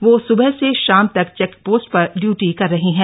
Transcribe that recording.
वह सुबह से शाम तक चेकपोस्ट पर ड्यूटी कर रही हैं